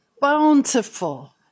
bountiful